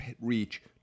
reach